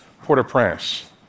Port-au-Prince